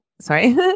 sorry